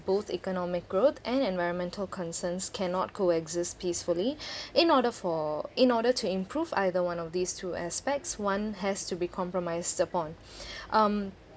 both economic growth and environmental concerns cannot co-exist peacefully in order for in order to improve either one of these two aspects one has to be compromised upon um